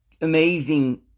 amazing